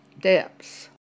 depths